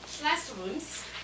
classrooms